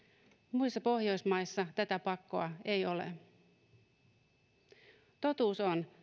muissa pohjoismaissa tätä pakkoa ei ole totuus on